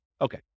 Okay